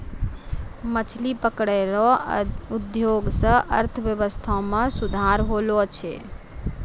मछली पकड़ै रो उद्योग से अर्थव्यबस्था मे सुधार होलो छै